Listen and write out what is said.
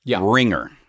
Ringer